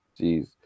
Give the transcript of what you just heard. Jeez